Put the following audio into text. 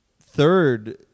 third